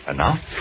Enough